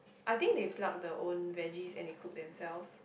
I think they pluck the own veggies and they cook themselves